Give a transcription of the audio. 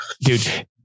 dude